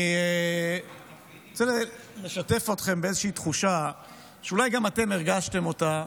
אני רוצה לשתף אתכם באיזושהי תחושה שאולי גם אתם הרגשתם אותה.